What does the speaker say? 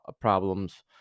problems